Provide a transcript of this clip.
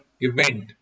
event